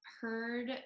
heard